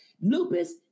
Lupus